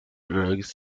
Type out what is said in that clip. drugs